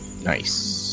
Nice